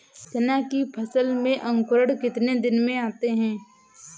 चना की फसल में अंकुरण कितने दिन में आते हैं?